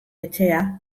etxea